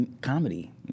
comedy